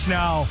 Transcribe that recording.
now